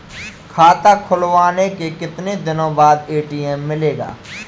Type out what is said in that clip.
खाता खुलवाने के कितनी दिनो बाद ए.टी.एम मिलेगा?